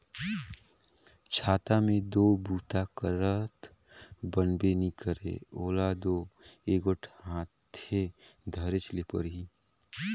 छाता मे दो बूता करत बनबे नी करे ओला दो एगोट हाथे धरेच ले परही